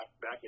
back